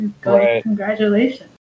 Congratulations